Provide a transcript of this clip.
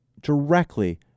directly